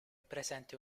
presente